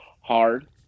Hard